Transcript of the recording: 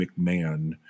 McMahon